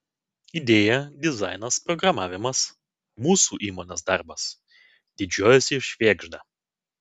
idėja dizainas programavimas mūsų įmonės darbas didžiuojasi švėgžda